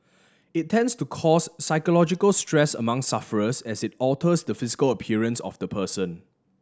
it tends to cause psychological stress among sufferers as it alters the physical appearance of the person